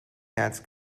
herz